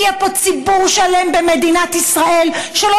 יהיה פה ציבור שלם במדינת ישראל שלא